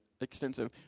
extensive